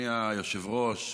אדוני היושב-ראש,